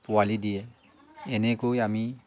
পোৱালি দিয়ে এনেকৈ আমি